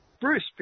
Bruce